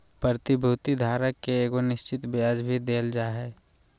प्रतिभूति धारक के एगो निश्चित ब्याज भी देल जा हइ